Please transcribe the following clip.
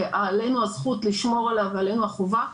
שעלינו הזכות לשמור עליו ועלינו החובה,